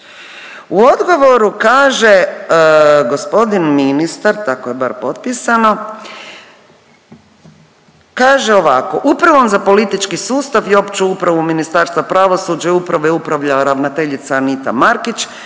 U odgovoru kaže gospodin ministar, tako je bar potpisano kaže ovako: „Upravom za politički sustav i opću upravu Ministarstva pravosuđa i uprave upravlja ravnateljica Anita Markić.